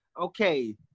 Okay